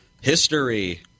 History